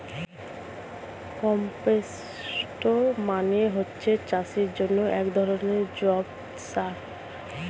compost মানে হচ্ছে চাষের জন্যে একধরনের জৈব সার